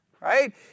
Right